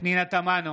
פנינה תמנו,